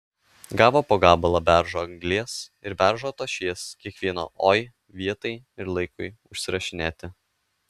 gavo po gabalą beržo anglies ir beržo tošies kiekvieno oi vietai ir laikui užsirašinėti